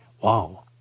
Wow